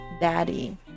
Daddy